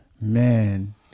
Man